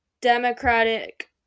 democratic